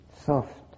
soft